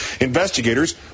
Investigators